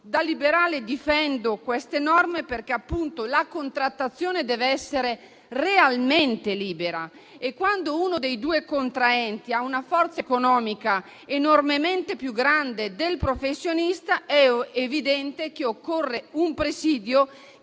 Da liberale, difendo queste norme, perché appunto la contrattazione dev'essere realmente libera e, quando uno dei due contraenti ha una forza economica enormemente più grande di quella del professionista, è evidente che occorre un presidio